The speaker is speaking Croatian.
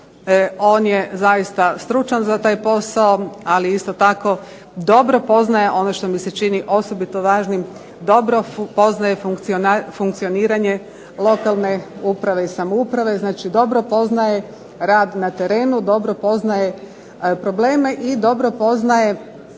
On je zaista stručan za taj posao, ali isto tako dobro poznaje ono što mi se čini osobito važnim, dobro poznaje funkcioniranje lokalne uprave i samouprave, znači dobro poznaje rad na terenu, dobro poznaje probleme i dobro poznaje